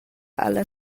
alla